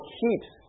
keeps